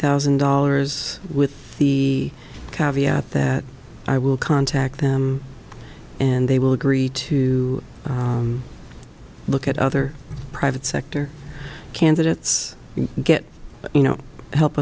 thousand dollars with the caveat that i will contact them and they will agree to look at other private sector candidates get you know help